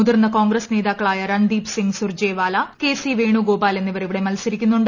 മൂതിർന്ന കോൺഗ്രസ് നേതാക്കളായ രൺദീപ് സിംഗ് സൂർജേവാല കെ സി വേണുഗോപാൽ എന്നിവർ ഇവിടെ മത്സരിക്കുന്നുണ്ട്